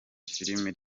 filime